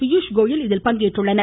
பியூஷ் கோயல் இதில் பங்கேற்றுள்ளனர்